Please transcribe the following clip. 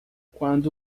quando